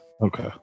Okay